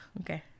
Okay